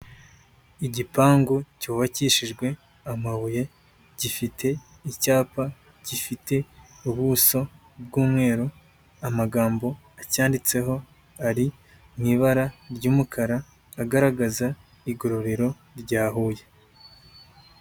Igipangu cyubakishijwe amabuye gifite icyapa, gifite ubuso bw'umweru, amagambo acyanditseho ari mu ibara ry'umukara, agaragaza igororero rya Huye.